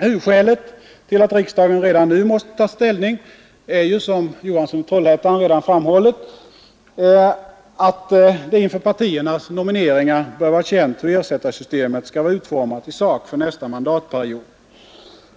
Huvudskälet till att riksdagen redan nu måste ta ställning är, som herr Johansson i Trollhättan redan framhållit, att det inför partiernas nomineringar bör vara känt hur ersättarsystemet skall vara utformat i sak för nästa mandatperiod.